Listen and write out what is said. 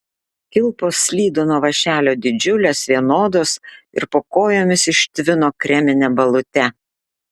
kilpos slydo nuo vąšelio didžiulės vienodos ir po kojomis ištvino kremine balute